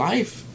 Life